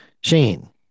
Shane